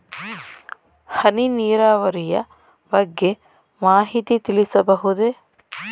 ಹನಿ ನೀರಾವರಿಯ ಬಗ್ಗೆ ಮಾಹಿತಿ ತಿಳಿಸಬಹುದೇ?